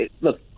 Look